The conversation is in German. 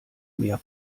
mehr